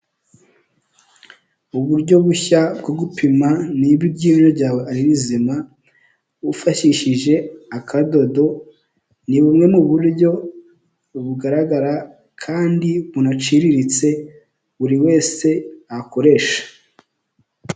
Uburyo bushya bwo gupima niba iryinyo ryawe ari rizima wifashishije akadodo, ni bumwe mu buryo bugaragara kandi bunaciriritse buri wese yakoresha.